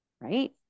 right